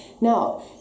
Now